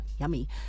yummy